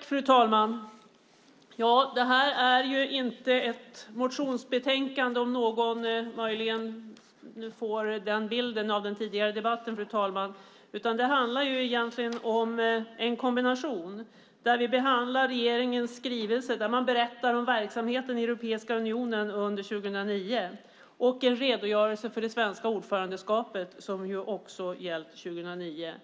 Fru talman! Det är inte ett motionsbetänkande vi nu behandlar, om någon möjligen fått den bilden av den tidigare debatten. Egentligen handlar det om en kombination där vi behandlar regeringens skrivelser som berättar om verksamheten i Europeiska unionen under 2009 samt ger en redogörelse för det svenska ordförandeskapet, också det under